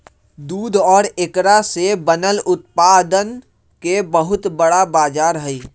दूध और एकरा से बनल उत्पादन के बहुत बड़ा बाजार हई